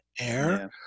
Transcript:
air